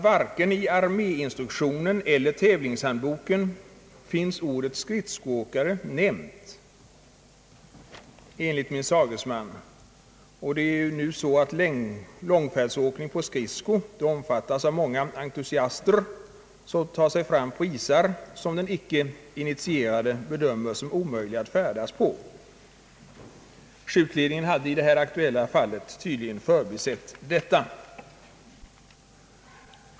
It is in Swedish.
Varken i arméinstruktionen eller tävlingshandboken finns vidare ordet skridskoåkare nämnt, enligt vad min sagesman uppgivit. Långfärdsåkning på skridsko omfattas dock av många entusiaster, av vilka f. ö. en del tar sig fram på isar där den icke initierade bedömer det som omöjligt att färdas. Skjutledningen hade i det här aktuella fallet tydligen förbisett detta.